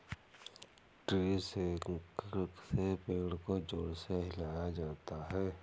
tree shaker से पेड़ को जोर से हिलाया जाता है